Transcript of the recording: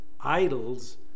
idols